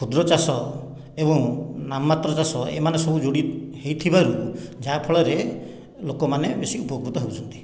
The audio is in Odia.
କ୍ଷୁଦ୍ର ଚାଷ ଏବଂ ନାମ ମାତ୍ର ଚାଷ ଏମାନେ ସବୁ ଯୋଡ଼ି ହୋଇଥିବାରୁ ଯାହା ଫଳରେ ଲୋକମାନେ ବେଶୀ ଉପକୃତ ହେଉଛନ୍ତି